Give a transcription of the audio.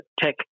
tech